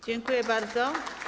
Dziękuję bardzo.